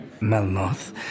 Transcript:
Melmoth